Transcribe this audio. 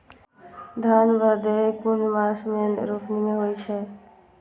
धान भदेय कुन मास में रोपनी होय छै?